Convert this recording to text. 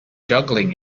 juggling